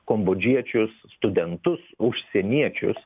kombodžiečius studentus užsieniečius